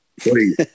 Please